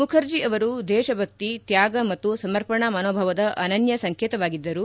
ಮುಖರ್ಜ ಅವರು ದೇಶಭಕ್ತಿ ತ್ಯಾಗ ಮತ್ತು ಸಮರ್ಪಣಾ ಮನೋಭಾವದ ಅನನ್ಯ ಸಂಕೇತವಾಗಿದ್ದರು